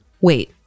Wait